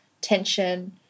tension